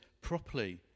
properly